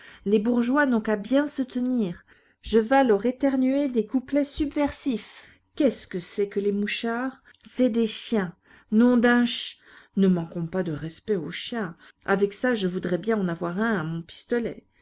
les bourgeois n'ont qu'à se bien tenir je vas leur éternuer des couplets subversifs qu'est-ce que c'est que les mouchards c'est des chiens nom d'unch ne manquons pas de respect aux chiens avec ça que je voudrais bien en avoir un à mon pistolet